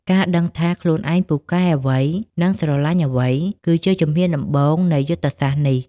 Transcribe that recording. ការដឹងថាខ្លួនឯងពូកែអ្វី និងស្រលាញ់អ្វី គឺជាជំហានដំបូងនៃយុទ្ធសាស្ត្រនេះ។